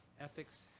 ethics